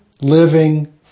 living